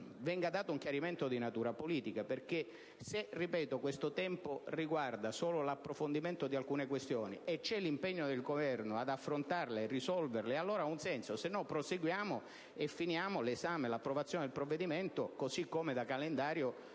venga dato un chiarimento di natura politica, perché, come ho detto, se questo tempo riguarda solo l'approfondimento di alcune questioni e c'è l'impegno del Governo ad affrontarle e risolverle, il rinvio ha un senso, altrimenti, proseguiamo e finiamo l'esame con l'approvazione del provvedimento, così come da calendario,